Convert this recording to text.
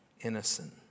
innocent